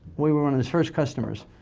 we were one of his first customers.